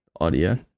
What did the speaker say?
audio